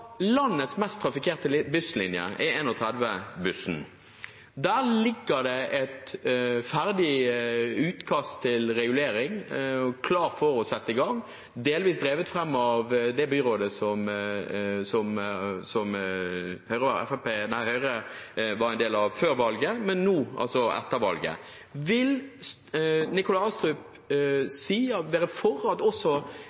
Landets mest trafikkerte busslinje er 31-bussen i Oslo. Der foreligger det et ferdig utkast til regulering, klart til å settes i gang, delvis drevet fram av det byrådet som Høyre var en del av før valget, men nå altså av byrådet etter valget. Vil Nikolai Astrup